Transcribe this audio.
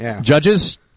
Judges